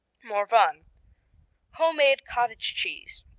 morvan homemade cottage cheese.